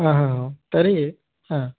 आहा हा तर्हि हा